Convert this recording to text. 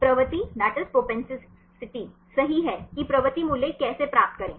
प्रवृत्ति सही है कि प्रवृत्ति मूल्य कैसे प्राप्त करें